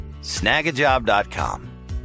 snagajob.com